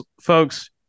folks